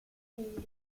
india